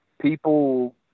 People